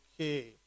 Okay